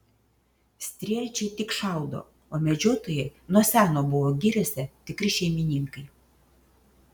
strielčiai tik šaudo o medžiotojai nuo seno buvo giriose tikri šeimininkai